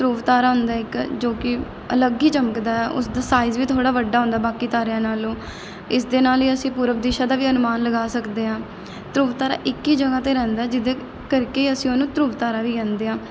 ਧਰੁਵ ਤਾਰਾ ਹੁੰਦਾ ਇੱਕ ਜੋ ਕਿ ਅਲੱਗ ਹੀ ਚਮਕਦਾ ਆ ਉਸ ਦਾ ਸਾਈਜ਼ ਵੀ ਥੋੜ੍ਹਾ ਵੱਡਾ ਹੁੰਦਾ ਬਾਕੀ ਤਾਰਿਆਂ ਨਾਲੋਂ ਇਸ ਦੇ ਨਾਲ ਹੀ ਅਸੀਂ ਪੂਰਵ ਦਿਸ਼ਾ ਦਾ ਵੀ ਅਨੁਮਾਨ ਲਗਾ ਸਕਦੇ ਹਾਂ ਧਰੁਵ ਤਾਰਾ ਇੱਕ ਹੀ ਜਗ੍ਹਾ 'ਤੇ ਰਹਿੰਦਾ ਜਿਹਦੇ ਕਰਕੇ ਅਸੀਂ ਉਹਨੂੰ ਧਰੁਵ ਤਾਰਾ ਵੀ ਕਹਿੰਦੇ ਹਾਂ